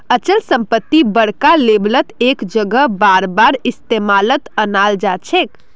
अचल संपत्ति बड़का लेवलत एक जगह बारबार इस्तेमालत अनाल जाछेक